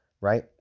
right